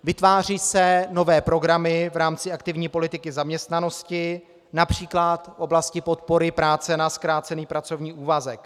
Vytvářejí se nové programy v rámci aktivní politiky zaměstnanosti například v oblasti podpory práce na zkrácený pracovní úvazek.